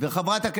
ואורית סטרוק.